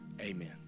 Amen